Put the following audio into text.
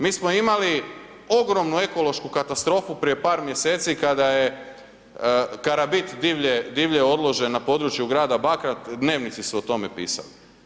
Mi smo imali ogromnu ekološku katastrofu prije par mjeseci kada je karabit divlje odložen na području grada Bakra, dnevnici su o tome pisali.